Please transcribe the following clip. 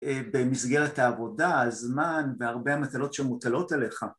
במסגרת העבודה, הזמן והרבה המטלות שמוטלות עליך